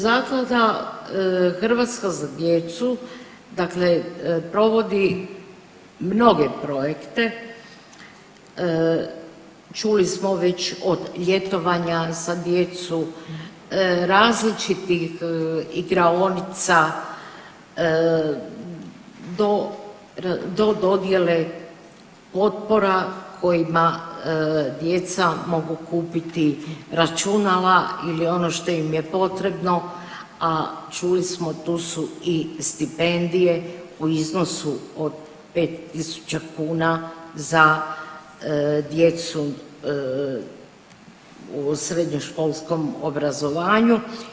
Zaklada „Hrvatska za djecu“ provodi mnoge projekte, čuli smo već od ljetovanja za djecu, različitih igraonica do dojele potpora kojima djeca mogu kupiti računala ili ono što im je potrebno, a čuli smo tu su i stipendije u iznosu od 5.000 kuna za djecu u srednjoškolskom obrazovanju.